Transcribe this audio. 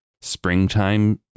springtime